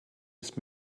ist